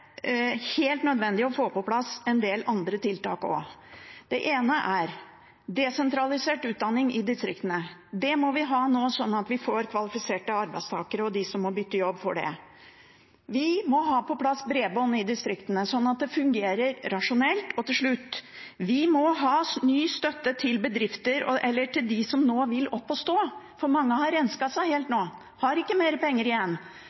helt nødvendig å få på plass en del andre tiltak også. Det ene er desentralisert utdanning i distriktene. Det må vi ha nå, slik at vi får kvalifiserte arbeidstakere, og at de som må bytte jobb, får det. Vi må ha på plass bredbånd i distriktene, slik at det fungerer rasjonelt. Og til slutt: Vi må ha ny støtte til bedrifter, til dem som nå vil opp å stå, for mange har rensket seg helt nå, de har ikke mer penger igjen.